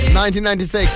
1996